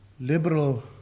Liberal